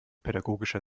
pädagogischer